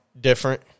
different